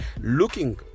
Looking